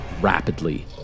rapidly